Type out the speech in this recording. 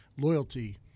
Loyalty